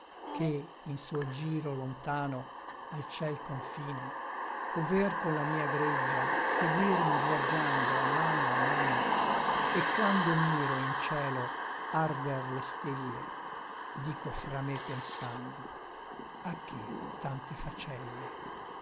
che in suo giro lontano al ciel confina ovver con la mia greggia seguirmi viaggiando a mano a mano e quando miro in cielo arder le stelle dico fra me pensando a che tante facelle